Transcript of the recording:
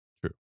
True